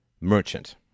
merchant